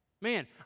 Man